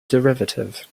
derivative